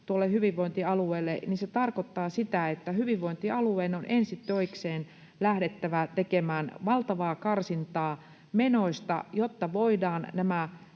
hyvinvointialueelle, niin se tarkoittaa sitä, että hyvinvointialueen on ensitöikseen lähdettävä tekemään valtavaa karsintaa menoista, jotta voidaan näistä